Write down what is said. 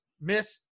miss